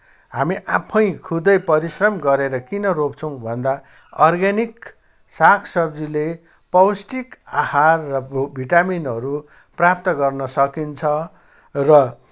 हामी आफै खुदै परिश्रम गरेर किन रोप्छौँ भन्दा अर्ग्यानिक साग सब्जीले पौष्टिक आहार र भिटामिनहरू प्राप्त गर्न सकिन्छ र